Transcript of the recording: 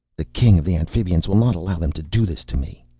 the king of the amphibians will not allow them to do this to me,